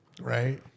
Right